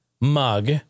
mug